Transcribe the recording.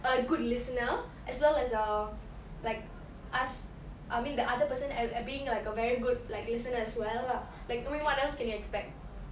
a good listener as long as err like us I mean the other person at being like a very good like listener as well lah like I mean what else can you expect